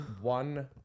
one